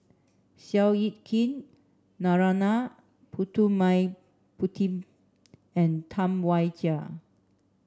Seow Yit Kin Narana Putumaippittan and Tam Wai Jia